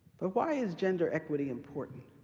but why is gender equity important?